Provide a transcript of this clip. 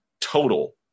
total